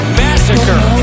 massacre